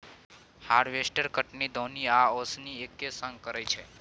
harvester कटनी, दौनी आ ओसौनी एक्के संग करय छै